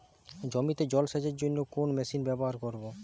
জমিতে জল সেচের জন্য কোন মেশিন ব্যবহার করব?